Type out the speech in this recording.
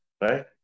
right